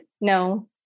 no